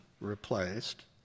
replaced